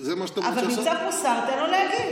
זה מה שאת, אבל נמצא פה שר, תן לו להגיב.